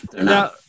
Now